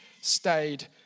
stayed